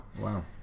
Wow